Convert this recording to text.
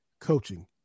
coaching